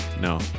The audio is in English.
no